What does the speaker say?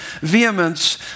vehemence